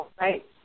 right